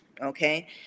okay